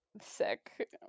sick